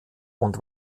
und